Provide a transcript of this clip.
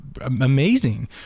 amazing